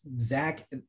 Zach